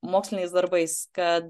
moksliniais darbais kad